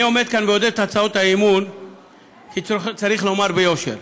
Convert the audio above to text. אני עומד כאן והודף את הצעות האי-אמון כי צריך לומר ביושר